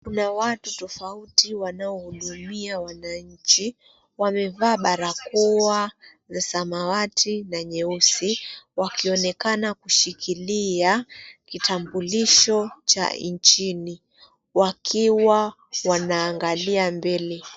Kuna watu tofauti wanaohudumia wananchi. Wamevaa barakoa za samawati na nyeusi, wakionekana kushikilia kitambulisho cha nchini wakiwa wanaangalia mbele.